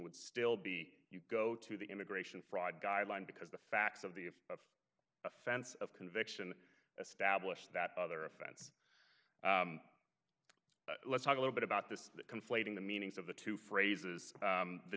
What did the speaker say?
would still be you go to the immigration fraud guideline because the facts of the it's a sense of conviction stablished that other offense let's talk a little bit about this conflating the meanings of the two phrases